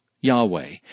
Yahweh